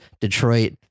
Detroit